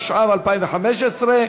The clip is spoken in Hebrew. התשע"ו 2015,